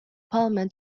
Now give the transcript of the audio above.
pullman